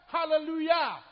Hallelujah